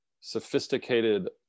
sophisticated